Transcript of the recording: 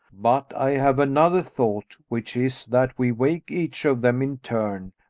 but i have another thought which is that we wake each of them in turn,